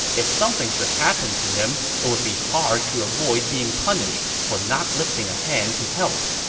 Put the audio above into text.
if something should happen to him, it would be hard to avoid being punished for not lifting a hand to help.